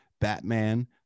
Batman